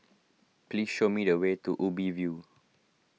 please show me the way to Ubi View